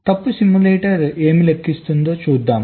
తప్పు సిమ్యులేటర్ ఏమి లెక్కిస్తుందో చూద్దాం